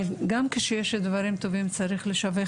אבל גם כשיש גברים טובים צריך לדעת לשבח